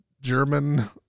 german